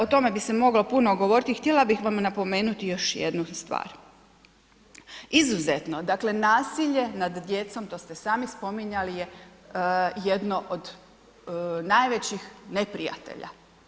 O tome bi se moglo puno govoriti i htjela bih vam napomenuti još jednu stvar izuzetno, dakle, nasilje nad djecom, to ste sami spominjali je jedno od najvećih neprijatelja.